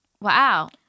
Wow